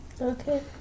Okay